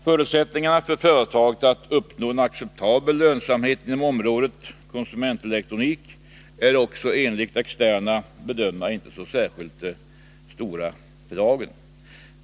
Förutsättningarna för företaget att uppnå en acceptabel lönsamhet inom området konsumentelektronik är också enligt externa bedömare inte särskilt stora för dagen.